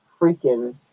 freaking